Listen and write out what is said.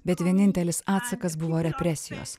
bet vienintelis atsakas buvo represijos